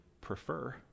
prefer